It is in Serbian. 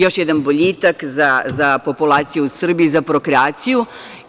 Još jedan boljitak za populaciju u Srbiju, za prokreaciju.